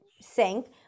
sink